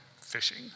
fishing